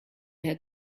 had